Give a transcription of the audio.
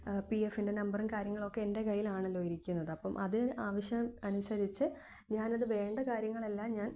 P എഫിന്റെ നമ്പറും കാര്യങ്ങളുമൊക്കെ എന്റെ കയ്യിലാണല്ലൊ ഇരിക്കുന്നത് അപ്പോള് അത് ആവശ്യം അനുസരിച്ച് ഞാനത് വേണ്ട കാര്യങ്ങളെല്ലാം ഞാൻ